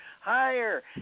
higher